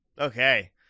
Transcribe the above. Okay